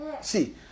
See